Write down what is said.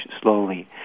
slowly